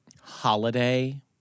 Holiday